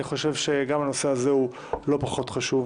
אני חושב שהנושא הזה לא פחות חשוב